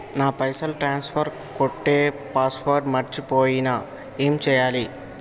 నా పైసల్ ట్రాన్స్ఫర్ కొట్టే పాస్వర్డ్ మర్చిపోయిన ఏం చేయాలి?